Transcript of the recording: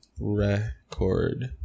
record